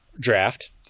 draft